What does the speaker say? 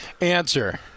answer